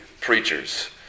preachers